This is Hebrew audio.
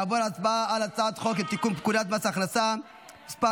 נעבור להצבעה על הצעת חוק לתיקון פקודת מס הכנסה (מס'